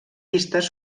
pistes